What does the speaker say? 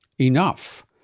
enough